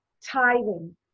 tithing